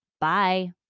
Bye